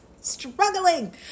Struggling